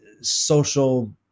social